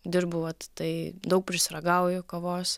dirbu vat tai daug prisiragauju kavos